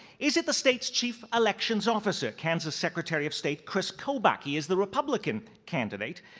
is it the state's chief elections officer, kansas secretary of state kris kobach? he is the republican candidate.